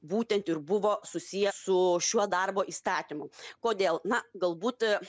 būtent ir buvo susiję su šiuo darbo įstatymu kodėl na galbūt